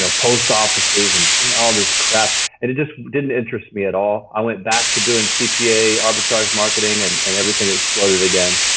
so post offices and and all this crap and it just didn't interest me at all. i went back to doing cpa, arbitrage marketing, and and everything exploded again.